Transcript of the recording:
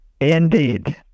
Indeed